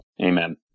Amen